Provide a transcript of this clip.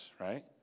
right